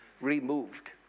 removed